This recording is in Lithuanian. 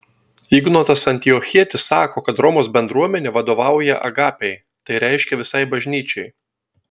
ignotas antiochietis sako kad romos bendruomenė vadovauja agapei tai reiškia visai bažnyčiai